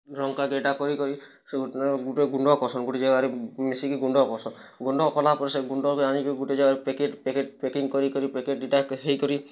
ରଙ୍ଗା କରି କରି ସବୁ ଗୁଟେ ଗୁଣ୍ଡ କରସନ୍ ଗୁଟେ ଜାଗାରେ ମିଶିକି ଗୁଣ୍ଡ କରୁସନ୍ ଗୁଣ୍ଡ କଲା ପରେ ସେ ଗୁଣ୍ଡ କେ ଆଣିକି ଗୁଟେ ଜାଗାରେ ପ୍ୟାକେଟ୍ ପ୍ୟାକେଟ୍ ପ୍ୟାକିଙ୍ଗ୍ କରି କରି ପ୍ୟାକେଟ୍ ଦୁଇଟା ହେଇ କରି